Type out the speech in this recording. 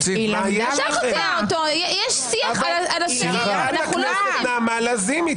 להבין ----- חברת הכנסת נעמה לזימי,